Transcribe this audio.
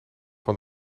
van